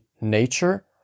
nature